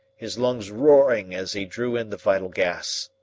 his lungs roaring as he drew in the vital gas.